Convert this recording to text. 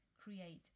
create